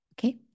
Okay